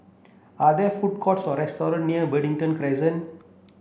are there food courts or restaurant near Brighton Crescent